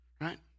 Right